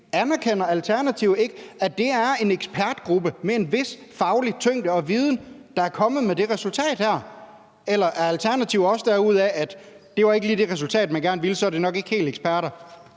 Anerkender Alternativet ikke, at det er en ekspertgruppe med en vis faglig tyngde og viden, som er kommet frem til det her resultat? Eller er Alternativet derude, hvor man siger, at det ikke lige var det resultat, man gerne ville have, så derfor er de nok ikke helt eksperter?